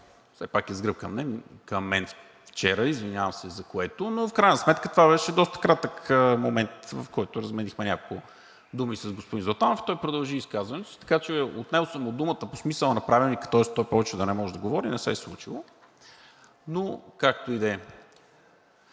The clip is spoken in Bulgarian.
в крайна сметка това беше доста кратък момент, в който разменихме няколко думи с господин Златанов, и той продължи изказването си. Така че отнел съм му думата – по смисъла на Правилника е той повече да не може да говори, което не се е случило. Но както и да е.